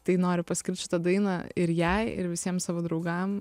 tai noriu paskirt šitą dainą ir jai ir visiems savo draugam